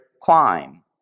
climb